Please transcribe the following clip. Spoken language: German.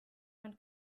man